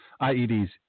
IEDs